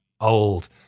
old